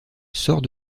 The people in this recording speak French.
sort